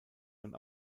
man